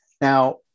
Now